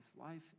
life